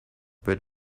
but